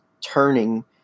turning